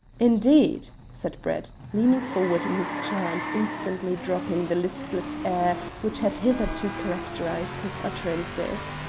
indeed! said brett, leaning forward in his chair, and instantly dropping the listless air which had hitherto characterized his utterances.